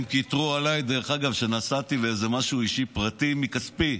הם קיטרו עליי, שנסעתי למשהו אישי, פרטי, מכספי,